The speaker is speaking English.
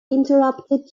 interrupted